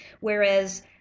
Whereas